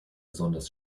besonders